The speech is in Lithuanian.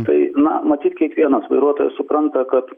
tai na matyt kiekvienas vairuotojas supranta kad